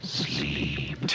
sleep